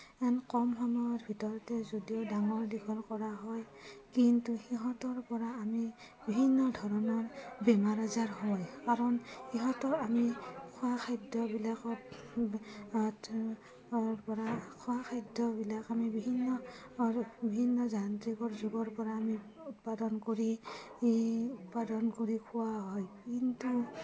ইমান কম সময়ৰ ভিতৰতে যদিও ডাঙৰ দীঘল কৰা হয় কিন্তু সিহঁতৰপৰা আমি বিভিন্ন ধৰণৰ বেমাৰ আজাৰ হয় কাৰণ সিহঁতৰ আমি খোৱা খাদ্যবিলাকত পৰা খোৱা খাদ্যবিলাক আমি বিভিন্ন আৰু বিভিন্ন যান্ত্ৰিকৰ যুগৰপৰা আমি উৎপাদন কৰি আমি উৎপাদন কৰি খুওৱা হয় কিন্তু